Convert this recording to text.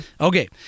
Okay